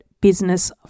business